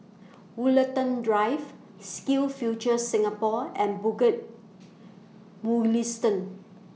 Woollerton Drive SkillsFuture Singapore and Bukit Mugliston